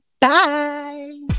Bye